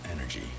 energy